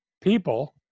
people